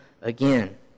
again